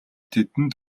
тэдэнд